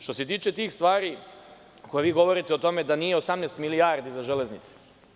Što se tiče tih stvari, ako vi govorite o tome da nije 18 milijardi za železnice.